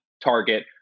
target